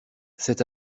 cet